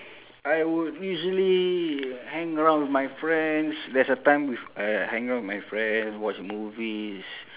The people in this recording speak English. I would usually hang around with my friends there's a time with uh hang around with my friend watch movies